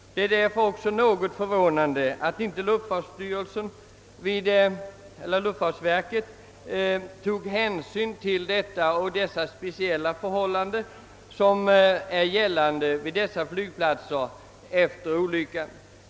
Det är därför också något förvånande att inte luftfartsverket tagit hänsyn till de speciella förhållanden som råder för dessa flygplatser efter olyckan.